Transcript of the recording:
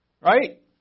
Right